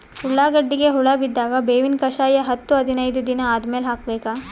ಉಳ್ಳಾಗಡ್ಡಿಗೆ ಹುಳ ಬಿದ್ದಾಗ ಬೇವಿನ ಕಷಾಯ ಹತ್ತು ಹದಿನೈದ ದಿನ ಆದಮೇಲೆ ಹಾಕಬೇಕ?